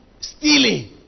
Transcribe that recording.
stealing